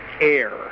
air